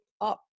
up